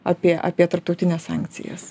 apie apie tarptautines sankcijas